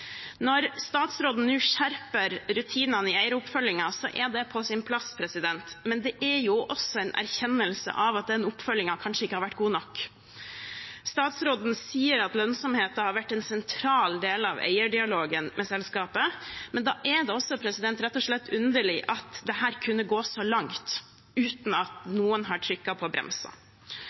Når statsråden nå skjerper rutinene i eieroppfølgingen, er det på sin plass, men det er også en erkjennelse av at den oppfølgingen kanskje ikke har vært god nok. Statsråden sier at lønnsomheten har vært en sentral del av eierdialogen med selskapet, men da er det rett og slett underlig at dette kunne gå så langt uten at noen har tråkket på